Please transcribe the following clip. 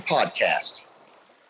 Podcast